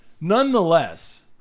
nonetheless